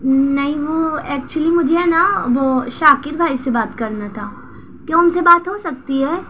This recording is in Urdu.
نہیں وہ ایکچویلی مجھے نہ وہ شاکر بھائی سے بات کرنا تھا کیا ان سے بات ہو سکتی ہے